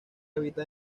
habitan